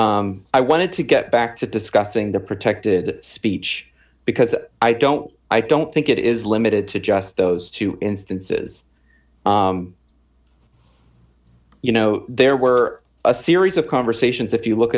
it i wanted to get back to discussing the protected speech because i don't i don't think it is limited to just those two instances you know there were a series of conversations if you look